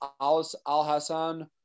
Al-Hassan